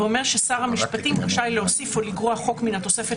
ואומר ששר המשפטים רשאי להוסיף או לגרוע חוק מן התוספת